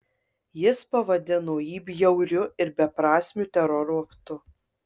jis pavadino jį bjauriu ir beprasmiu teroro aktu